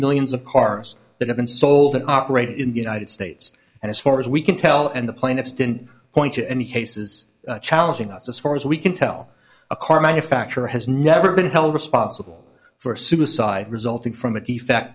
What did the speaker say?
millions of cars that have been sold and operated in the united states and as far as we can tell and the plaintiffs didn't point to any cases challenging us as far as we can tell a car manufacturer has never been held responsible for suicide resulting from a d